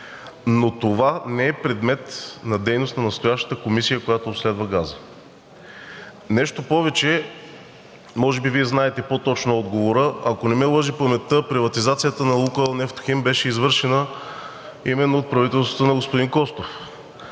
но това не е предмет на дейност на настоящата комисия, която обследва газа. Нещо повече, може би Вие знаете по-точно отговора, ако не ме лъже паметта приватизацията на „Лукойл Нефтохим“ беше извършена именно от правителството на господин Костов.